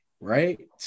right